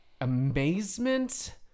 Amazement